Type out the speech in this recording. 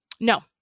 No